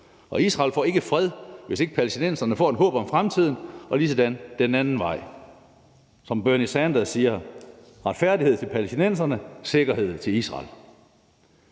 Israel får ikke fred, hvis ikke palæstinenserne får et håb om fremtiden, og ligesådan er det den anden vej. Som Bernie Sanders siger: Retfærdighed til palæstinenserne, sikkerhed til Israel.